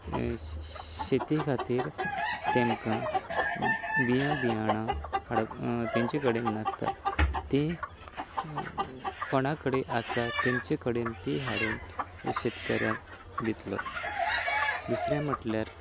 शेती खातीर तेमकां बीयां बियाणां हाडप तांचे कडेन नासता तीं कोणा कडेन आसा तेमचे कडेन तीं हाडून शेतकऱ्यांक दितलो दुसरे म्हणल्यार